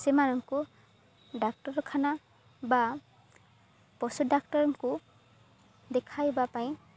ସେମାନଙ୍କୁ ଡାକ୍ତରଖାନା ବା ପଶୁ ଡାକ୍ତରଙ୍କୁ ଦେଖାଇବା ପାଇଁ